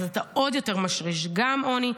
אז אתה עוד יותר משריש גם עוני,